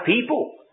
people